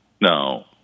No